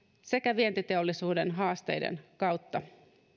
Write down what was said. sekä vientiteollisuuden haasteiden kautta